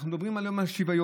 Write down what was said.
אנחנו מדברים על יום השוויון,